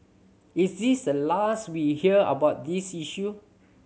is this the last we hear about this issue